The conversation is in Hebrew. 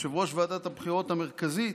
ליושב-ראש ועדת הבחירות המרכזית,